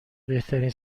بهترین